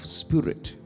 spirit